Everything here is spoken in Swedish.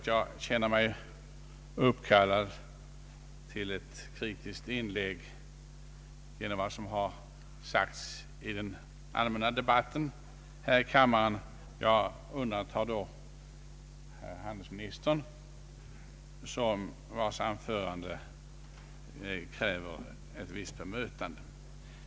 Jag känner mig inte uppkallad till ett kritiskt inlägg på grund av vad som sagts i den allmänna debatten här i kammaren; jag undantar då herr handelsministerns anförande som kräver ett visst bemötande.